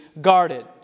guarded